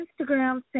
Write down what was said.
Instagram